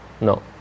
No